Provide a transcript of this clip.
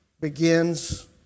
begins